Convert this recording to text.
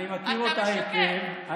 אתה משקר.